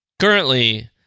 currently